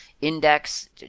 Index